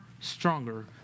stronger